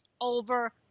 over